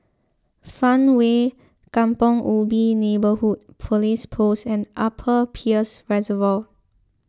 Farmway Kampong Ubi Neighbourhood Police Post and Upper Peirce Reservoir